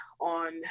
on